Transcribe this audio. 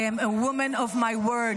I am a woman of my word.